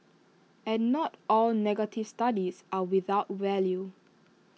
and not all negative studies are without value